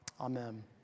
amen